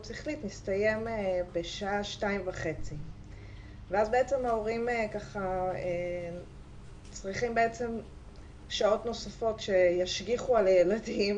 שכלית מסתיים בשעה 14:30 ואז ההורים צריכים שעות נוספות שישגיחו על הילדים,